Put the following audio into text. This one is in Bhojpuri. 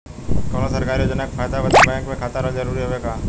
कौनो सरकारी योजना के फायदा बदे बैंक मे खाता रहल जरूरी हवे का?